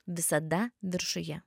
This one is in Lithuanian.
visada viršuje